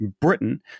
Britain